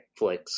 netflix